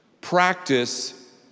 practice